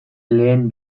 lehen